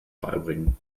beibringen